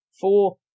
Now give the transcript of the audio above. Four